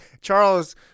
Charles